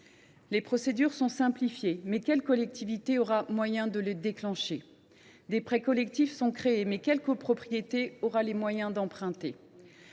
Les procédures sont simplifiées, mais quelle collectivité aura les moyens de les déclencher ? Des prêts collectifs sont créés, mais quelle copropriété aura les moyens d’emprunter ?